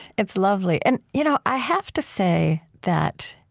it's lovely. and you know i have to say that